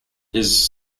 his